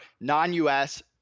non-US